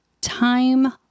time